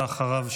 ואחריו,